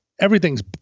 everything's